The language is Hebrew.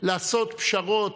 לעשות פשרות